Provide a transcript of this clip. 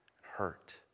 hurt